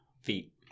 feet